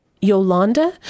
Yolanda